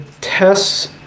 tests